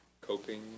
coping